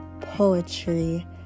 Poetry